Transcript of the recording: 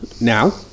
now